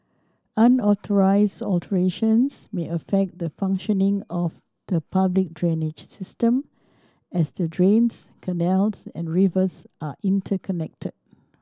unauthorized alterations may affect the functioning of the public drainage system as the drains canals and rivers are interconnected